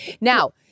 now